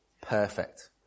perfect